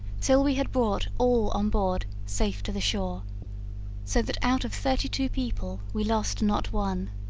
so we had brought all on board safe to the shore so that out of thirty-two people we lost not one.